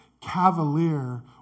cavalier